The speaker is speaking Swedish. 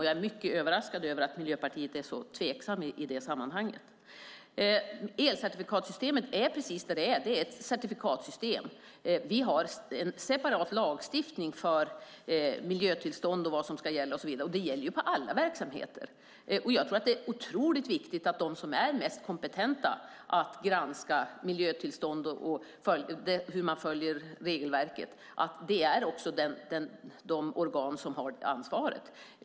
Jag är mycket överraskad över att ni i Miljöpartiet är så tveksamma i det sammanhanget. Elcertifikatssystemet är precis detta: Det är ett certifikatssystem. Vi har en separat lagstiftning för miljötillstånd, vad som ska gälla och så vidare, och det gäller för alla verksamheter. Det är otroligt viktigt att de organ som är mest kompetenta att granska miljötillstånd och hur man följer regelverket också är de som har ansvaret.